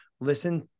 listen